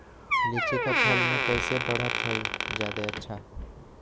लिचि क फल म कईसे बढ़त होई जादे अच्छा?